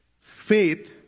Faith